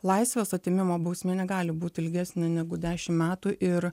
laisvės atėmimo bausmė negali būti ilgesnė negu dešim metų ir